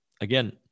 Again